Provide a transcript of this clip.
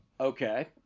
okay